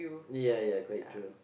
ya ya quite true